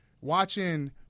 watching